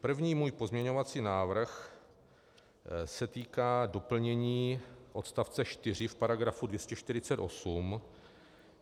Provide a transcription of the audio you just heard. První můj pozměňovací návrh se týká doplnění odst. 4 v § 248,